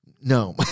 no